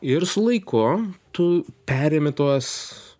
ir su laiku tu perimi tuos